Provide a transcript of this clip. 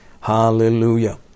Hallelujah